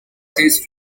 this